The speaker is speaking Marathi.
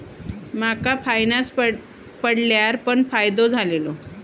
माका फायनांस पडल्यार पण फायदो झालेलो